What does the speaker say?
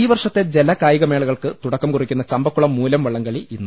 ഈ വർഷത്തെ ജലകായികമേളകൾക്കു തുടക്കം കുറിക്കുന്ന ചമ്പക്കുളം മൂലം വള്ളംകളി ഇന്ന്